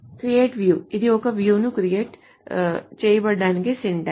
create view ఇది ఒక view ను క్రియేట్ చేయడానికి సింటాక్స్